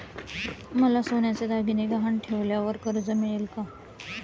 मला सोन्याचे दागिने गहाण ठेवल्यावर कर्ज मिळेल का?